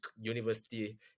university